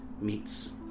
meets